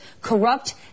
corrupt